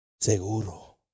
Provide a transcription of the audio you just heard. Seguro